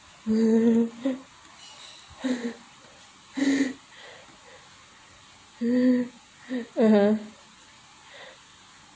(uh huh)